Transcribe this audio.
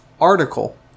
article